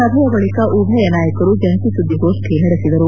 ಸಭೆಯ ಬಳಿಕ ಉಭಯ ನಾಯಕರು ಜಂಟಿ ಸುದ್ಗಿಗೋಷ್ನಿ ನಡೆಸಿದರು